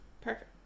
perfect